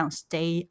stay